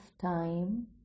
time